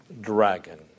dragon